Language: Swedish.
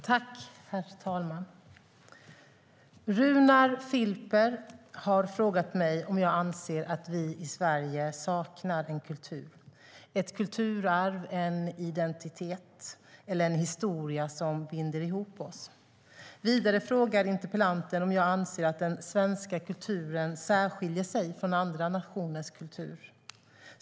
Herr talman! Runar Filper har frågat mig om jag anser att vi i Sverige saknar en kultur, ett kulturarv, en identitet eller en historia som binder ihop oss. Vidare frågar interpellanten om jag anser att den svenska kulturen särskiljer sig från andra nationers kultur.